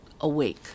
awake